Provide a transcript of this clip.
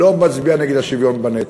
מצביעה נגד השוויון בנטל.